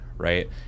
right